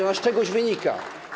Ona z czegoś wynika.